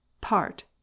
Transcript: Part